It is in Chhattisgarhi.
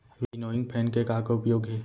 विनोइंग फैन के का का उपयोग हे?